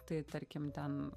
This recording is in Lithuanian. tai tarkim ten